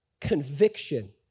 conviction